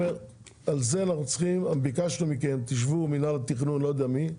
זה ביקשנו מכם, תשבו, מינהל התכנון, לא יודע מי,